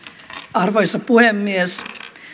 arvoisa puhemies